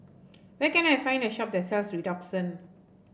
where can I find a shop that sells Redoxon